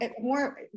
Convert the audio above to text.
more